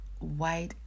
white